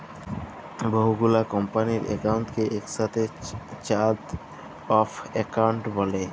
বহু গুলা কম্পালির একাউন্টকে একসাথে চার্ট অফ একাউন্ট ব্যলে